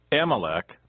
Amalek